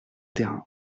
terrain